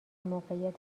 موقعیت